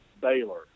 Baylor